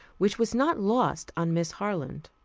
which was not lost on miss harland.